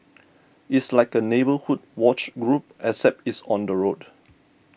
it's like a neighbourhood watch group except it's on the road